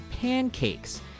pancakes